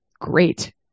great